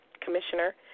commissioner